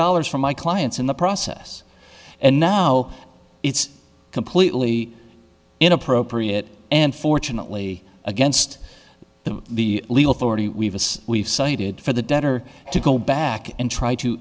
dollars from my clients in the process and now it's completely inappropriate and fortunately against them the legal authority we have as we've cited for the debtor to go back and try to